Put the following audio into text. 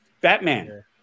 Batman